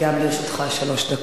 גם לרשותך שלוש דקות.